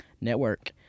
network